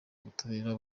ubutabera